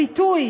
הפיתוי